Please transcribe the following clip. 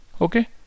Okay